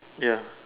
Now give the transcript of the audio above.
ya